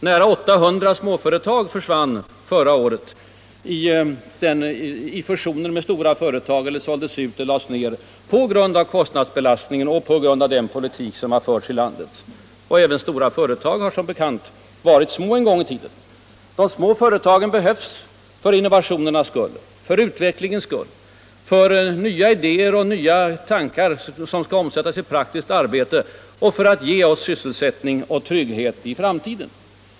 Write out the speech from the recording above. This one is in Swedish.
Nära 800 småföretag försvann förra året i fusioner med stora företag eller genom att de såldes ut och lades ned — på grund av kostnadsbelastningen och på grund av den politik som har förts i landet. Även stora företag har som bekant varit små en gång i tiden. De små företagen behövs för innovationernas skull, för utvecklingen skull, för de nya idéers och nya tankars skull som skall omsättas i praktiskt arbete och för att ge oss sysselsättning och trygghet i framtiden.